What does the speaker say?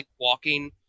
walking